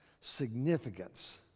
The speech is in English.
significance